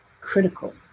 critical